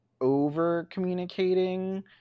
over-communicating